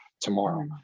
tomorrow